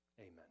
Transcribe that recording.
Amen